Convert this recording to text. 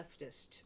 leftist